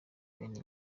bene